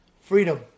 Freedom